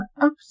up